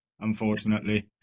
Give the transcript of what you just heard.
unfortunately